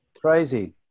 Crazy